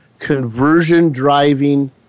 conversion-driving